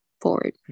forward